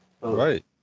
right